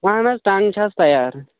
اَہن حظ ٹنٛگ چھِ اَز تیار